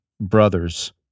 brothers